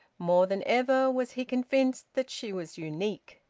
more than ever was he convinced that she was unique.